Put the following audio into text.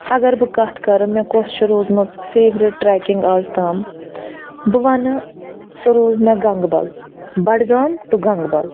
اَگر بہٕ کَتھ کرٕ مےٚ کۄس چھِ روٗزمٕژ فیورِٹ ٹرٛیکِنٛگ آز تام بہٕ وَنہٕ سۄ روٗز مےٚ گَنٛگبَل بڈگام ٹُو گَنٛگبَل